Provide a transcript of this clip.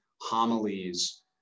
homilies